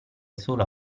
solo